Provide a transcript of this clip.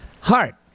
heart